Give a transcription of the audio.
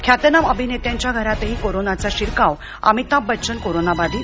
ख्यातनाम अभिनेत्यांच्या घरातही कोरोनाचा शिरकाव अमिताभ बच्चन कोरोनाबाधित